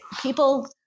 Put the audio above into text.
people